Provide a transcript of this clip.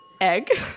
Egg